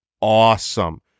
awesome